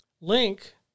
link